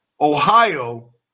Ohio